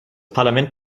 parlament